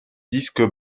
disques